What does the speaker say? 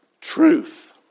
truth